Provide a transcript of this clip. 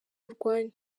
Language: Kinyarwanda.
urwanyu